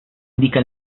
indica